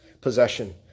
possession